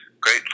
Great